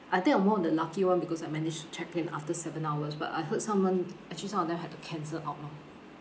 I think I'm one of the lucky [one] because I managed to check in after seven hours but I heard someone actually some of them had to cancel out lor